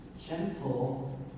Gentle